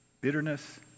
bitterness